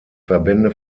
verbände